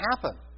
happen